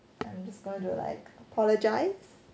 I'm just gonna to like apologize to you